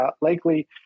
likely